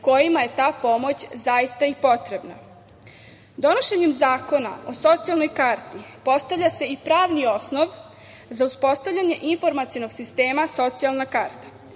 kojima je ta pomoć zaista i potrebna. Donošenjem zakona o socijalnoj karti postavlja se i pravni osnov za uspostavljanje informacionog sistema socijalna karta.